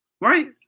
Right